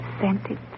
scented